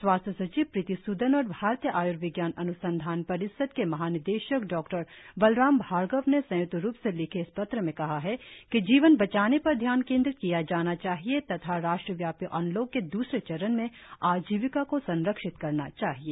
स्वास्थ्य सचिव प्रीति सूदन और भारतीय आयुर्विज्ञान अनुसंधान प रिषद आई सी एम आर के महानिदेशक डॉक्टर बलराम भ रूप से लिखे इस पत्र में कहा है कि जीवन बचाने पर ध्यान केन्द्रित किया जाना चाहिए तथा राष्ट्रव्यापी अनलॉक के द्रसरे चरण में आजीविका को संरक्षित करना चाहिए